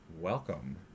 welcome